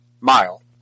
mile